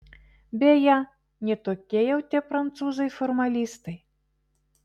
beje ne tokie jau tie prancūzai formalistai